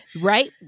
right